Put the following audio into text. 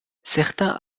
certains